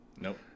Nope